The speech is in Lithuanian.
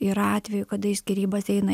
yra atvejų kada į skyrybas eina